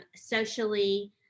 socially